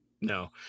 no